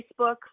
Facebook